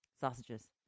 sausages